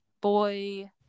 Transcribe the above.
boy